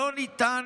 שלא ניתן